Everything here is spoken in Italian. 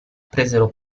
presero